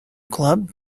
club